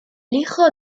hijo